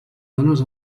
dones